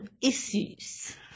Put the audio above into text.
issues